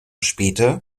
später